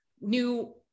new